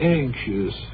anxious